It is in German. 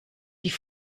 die